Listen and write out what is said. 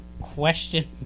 Question